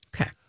Okay